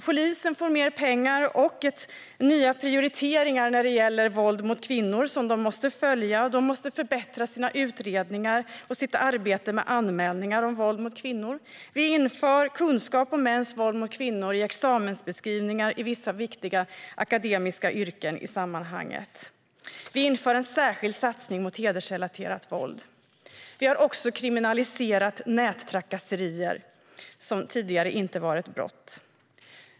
Polisen får mer pengar och nya prioriteringar när det gäller våld mot kvinnor som de måste följa. De måste förbättra sina utredningar och sitt arbete med anmälningar om våld mot kvinnor. Vi inför kunskap om mäns våld mot kvinnor i examensbeskrivningar för vissa i sammanhanget viktiga akademiska yrken. Vi inför en särskild satsning mot hedersrelaterat våld. Vi har också kriminaliserat nättrakasserier, som tidigare inte var ett brott.